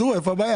איפה הבעיה?